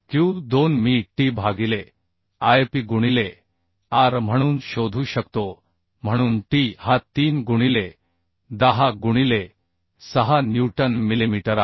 q2 मी T भागिले Ip गुणिले r म्हणून शोधू शकतो म्हणून T हा 3 गुणिले 10 गुणिले 6 न्यूटन मिलिमीटर आहे